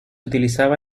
utilizaba